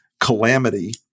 calamity